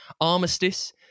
Armistice